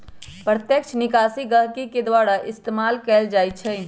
प्रत्यक्ष निकासी गहकी के द्वारा इस्तेमाल कएल जाई छई